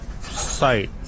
site